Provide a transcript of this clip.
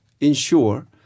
ensure